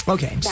Okay